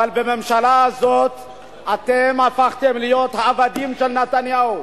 אבל בממשלה הזאת אתם הפכתם להיות העבדים של נתניהו.